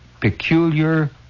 peculiar